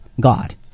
God